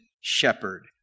shepherd